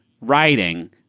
writing